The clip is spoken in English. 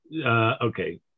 Okay